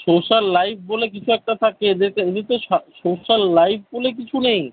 social life বলে কিছু একটা থাকে এদেরকে এদের তো সা সোশ্যাল লাইফ বলে কিছু নেই